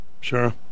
Sure